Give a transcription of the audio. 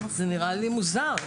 זה נראה לי מוזר.